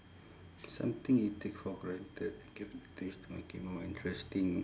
something you take for granted and give it a twist to make it more interesting